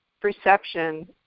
perception